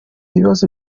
ibibazo